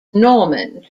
norman